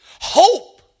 Hope